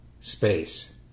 space